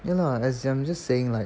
ya lah as in I'm just saying like